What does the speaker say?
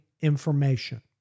information